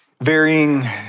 varying